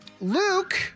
Luke